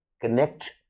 connect